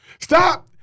stop